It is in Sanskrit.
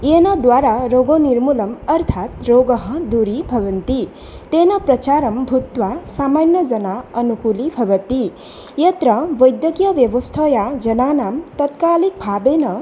येन द्वारा रोगनिर्मूलनम् अर्थात् रोगाः दूरीभवन्ति तेन प्रचारः भूत्वा सामान्यजनः अनुकूलीभवति यत्र वैद्यकीयव्यवस्थया जनानां तात्कालिकभावेन